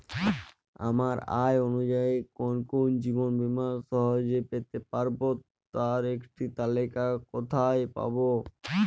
আমার আয় অনুযায়ী কোন কোন জীবন বীমা সহজে পেতে পারব তার একটি তালিকা কোথায় পাবো?